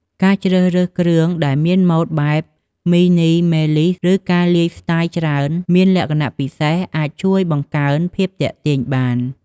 ការជ្រើសរើសគ្រឿងដែលមានម៉ូដបែបមីនីមេលីស ឬការឡាយស្ទាយច្រើន មានលក្ខណៈពិសេសអាចជួយបង្កើនភាពទាក់ទាញបាន។